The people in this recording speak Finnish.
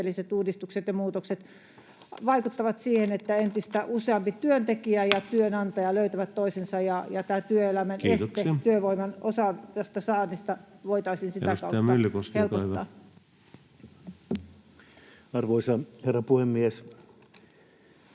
uudistukset ja muutokset vaikuttavat siihen, että entistä useampi työntekijä ja työnantaja löytävät toisensa ja tätä työelämän estettä työvoiman osaavasta saannista voitaisiin sitä kautta helpottaa. [Speech 93] Speaker: